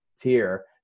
tier